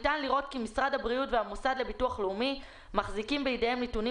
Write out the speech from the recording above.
ניתן לראות כי משרד הבריאות והמוסד לביטוח לאומי מחזיקים בידיהם נתונים